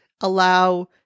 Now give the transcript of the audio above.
Allow